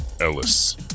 ellis